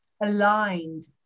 aligned